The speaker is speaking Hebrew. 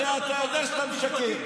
הרי אתה יודע שאתה משקר.